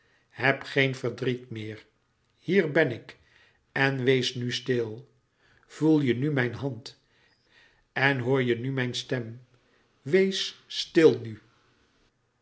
heb geen verdriet meer hier ben ik en wees nu stil voel je nu mijn hand en hoor je nu mijn stem wees stil nu